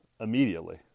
immediately